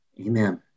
Amen